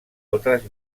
altres